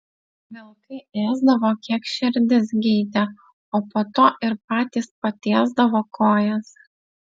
vilkai ėsdavo kiek širdis geidė o po to ir patys patiesdavo kojas